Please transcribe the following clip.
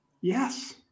Yes